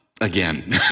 again